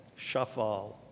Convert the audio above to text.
shafal